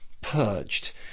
purged